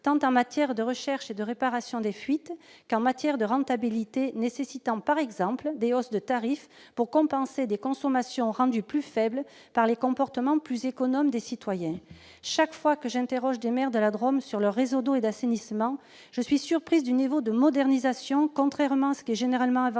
en matière tant de recherche et de réparation des fuites que de rentabilité, laquelle nécessite par exemple des hausses de tarif pour compenser des consommations rendues plus faibles par les comportements plus économes des citoyens. Chaque fois que j'interroge des maires de la Drôme sur le réseau d'eau et d'assainissement, je suis surprise du niveau de modernisation. Contrairement à ce qui est généralement avancé,